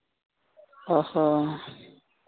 ᱦᱚᱸ ᱦᱚᱸ